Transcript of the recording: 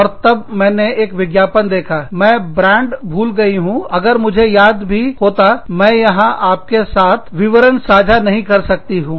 और तब मैंने एक विज्ञापन देखा मैं ब्रांड भूल गई हूँ अगर मुझे याद भी होता मैं यहां आपके साथ विवरण साझा नहीं कर सकती हूँ